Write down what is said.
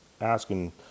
asking